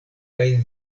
kaj